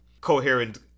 coherent